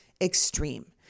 extreme